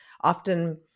often